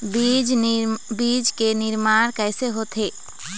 बीज के निर्माण कैसे होथे?